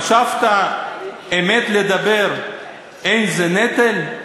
"חשבת אמת לדבֵּר אין זה נטל?